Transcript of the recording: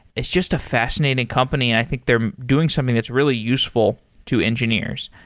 it's just a fascinating company and i think they're doing something that's really useful to engineers.